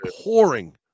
pouring